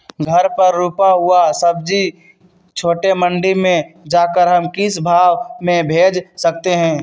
घर पर रूपा हुआ सब्जी छोटे मंडी में जाकर हम किस भाव में भेज सकते हैं?